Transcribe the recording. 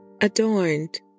adorned